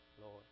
Lord